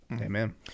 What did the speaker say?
Amen